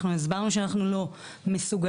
אנחנו הסברנו שאנחנו לא מסוגלים,